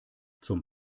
zum